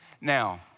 Now